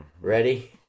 ready